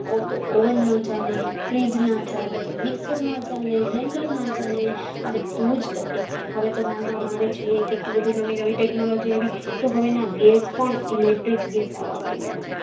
તો ઓવન ન ચાલે ફ્રિજ ના ચાલે મિક્સર ના ચાલે બ્લેન્ડર ના ચાલે આ બધુ જ તકેદ થાય હવે તો માનવામાં આવે છે કેટલું બધુ નવી નવી ટેક્નોલોજી આવી તો હવે ના ગેસ પણ ઈલેક્ટ્રિક ગેસ આવવા મંડ્યા છે